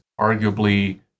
arguably